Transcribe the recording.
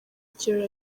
ikirori